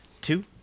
two